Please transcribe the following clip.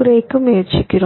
குறைக்க முயற்சிக்கிறோம்